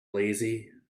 lazy